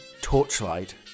torchlight